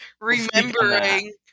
remembering